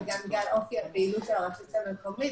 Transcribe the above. גם בגלל אופי הפעילות של הרשות המקומית,